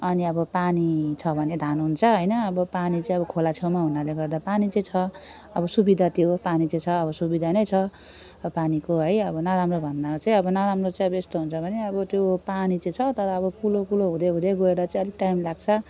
अनि अब पानी छ भने धान हुन्छ होइन अब पानी चाहिँ अब खोला छेउमा हुनाले गर्दा पानी चाहिँ छ अब सुविधा त्यो पानी चाहिँ छ अब सुविधा नै छ पानीको अब है नराम्रो भन्नाले चाहिँ अब नराम्रो चाहिँ अब यस्तो हुन्छ भने अब त्यो पानी चाहिँ छ तर अब कुलो कुलो हुँदै हुँदै गएर चाहिँ अलिक टाइम लाग्छ